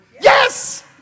Yes